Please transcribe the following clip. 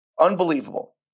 unbelievable